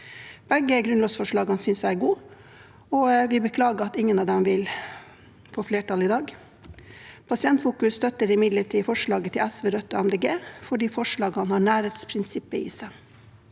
begge grunnlovsforslagene er gode, og vi beklager at ingen av dem vil få flertall i dag. Pasientfokus støtter imidlertid forslaget til SV, Rødt og Miljøpartiet De Grønne fordi forslaget har nærhetsprinsippet i seg,